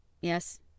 Yes